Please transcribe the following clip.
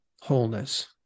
wholeness